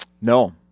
No